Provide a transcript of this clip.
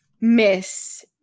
Miss